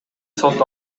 сот